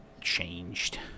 changed